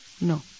no